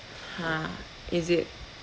!huh! is it